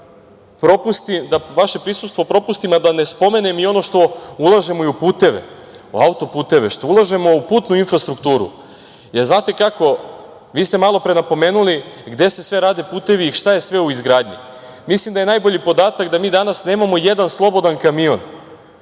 ne mogu da propustim, a da ne spomenem i ono što ulažemo i u puteve, u auto-puteve, što ulažemo u putnu infrastrukturu. Znate kako, vi ste malopre napomenuli gde se sve rade putevi i šta je sve u izgradnji. Mislim da je najbolji podatak da mi danas nemamo jedan slobodan kamion